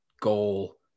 goal